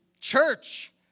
church